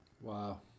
Wow